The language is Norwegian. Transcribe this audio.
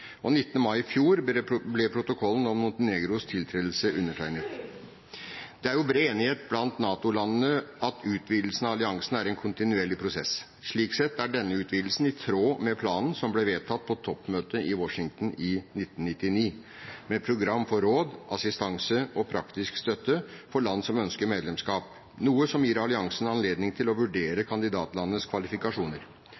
Den 19. mai i fjor ble protokollen om Montenegros tiltredelse undertegnet. Det er bred enighet blant NATO-landene om at utvidelsen av alliansen er en kontinuerlig prosess. Slik sett er denne utvidelsen i tråd med planen som ble vedtatt på toppmøtet i Washington i 1999, med program for råd, assistanse og praktisk støtte til land som ønsker medlemskap, noe som gir alliansen anledning til å vurdere